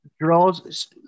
draws